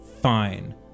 fine